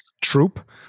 troop